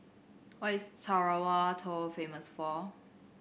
what is Tarawa Atoll famous for